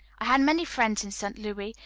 i had many friends in st. louis,